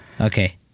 Okay